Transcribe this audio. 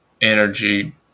energy